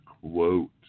quote